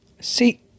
See